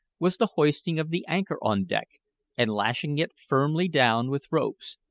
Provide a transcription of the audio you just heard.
was the hoisting of the anchor on deck and lashing it firmly down with ropes,